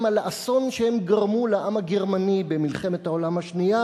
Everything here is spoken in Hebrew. לאסון שהם גרמו לעם הגרמני במלחמת העולם השנייה.